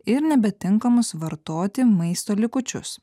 ir nebetinkamus vartoti maisto likučius